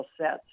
sets